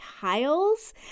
Tiles